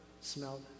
smelled